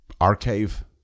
archive